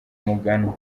umuganwa